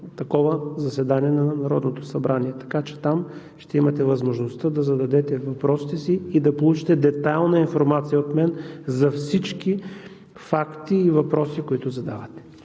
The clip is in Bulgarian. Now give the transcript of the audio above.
такова заседание на Народното събрание. Там ще имате възможността да зададете въпросите си и да получите детайлна информация от мен за всички факти и въпроси, които задавате.